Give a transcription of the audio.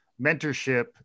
mentorship